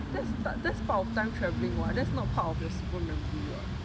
that's but that's part of time travelling [what] that's not part of your super memory [what]